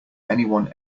anyone